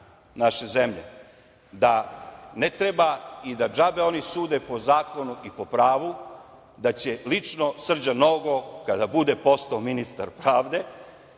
naše zemlje da ne treba i da džabe oni sude po zakonu i po pravu, da će lično Srđan Nogo kada bude postao ministar pravde,